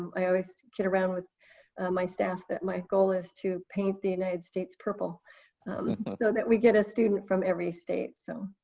i always kid around with my staff that my goal is to paint the united states purple so that we get a student from every state. so